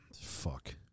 Fuck